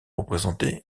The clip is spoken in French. représenter